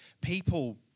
people